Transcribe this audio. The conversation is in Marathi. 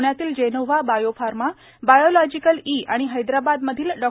पृण्यातील जेनोव्हा बायोफार्मा बायोलॉजीकल ई आणि हैदराबादमधील डॉ